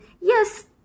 yes